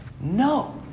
No